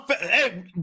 hey